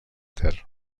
ter